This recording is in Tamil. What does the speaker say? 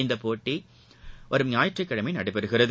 இறதிப்போட்டி வரும் ஞாயிற்றுக்கிழமை நடைபெறுகிறது